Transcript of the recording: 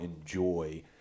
enjoy